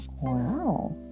Wow